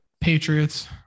Patriots